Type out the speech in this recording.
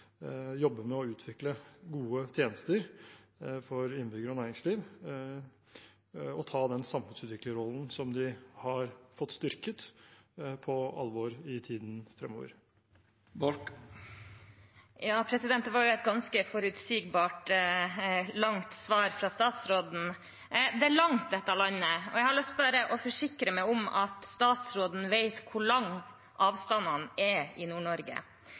med å utvikle gode tjenester for innbyggere og næringsliv og ta den samfunnsutviklerrollen de har fått styrket, på alvor i tiden fremover. Det var et ganske forutsigbart, langt svar fra statsråden. Det er langt dette landet, og jeg har lyst til bare å forsikre meg om at statsråden vet hvor store avstandene er i